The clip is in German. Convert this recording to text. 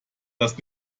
das